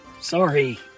sorry